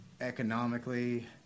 economically